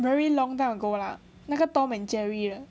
very long time ago lah 那个 tom and jerry 的